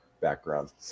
background